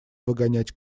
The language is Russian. выгонять